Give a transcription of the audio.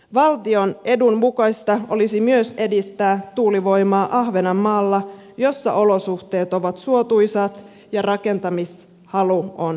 valtion edun mukaista olisi myös edistää tuulivoimaa ahvenanmaalla missä olosuhteet ovat suotuisat ja rakentamishalu on suuri